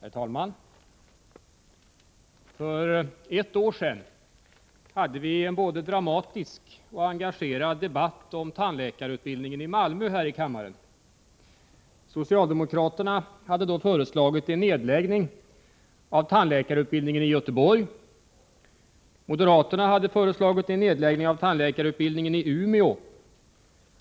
Herr talman! För ett år sedan hade vi här i kammaren en både dramatisk och engagerad debatt om tandläkarutbildningen i Malmö. Socialdemokraterna hade då föreslagit en nedläggning av tandläkarutbildningen i Göteborg. Moderaterna hade föreslagit en nedläggning av tandläkarutbildningen i Umeå.